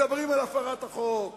מדברים על הפרת החוק.